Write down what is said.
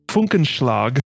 Funkenschlag